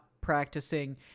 practicing